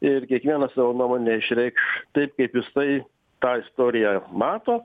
ir kiekvienas savo nuomonę išreikš taip kaip jisai tą istoriją mato